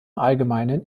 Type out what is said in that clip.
allgemeinen